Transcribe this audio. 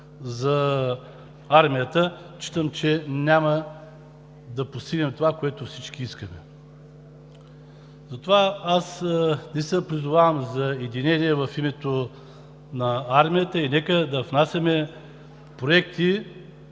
за армията, считам, че няма да постигнем това, което всички искаме. Затова аз призовавам за единение в името на армията и нека да внасяме проекти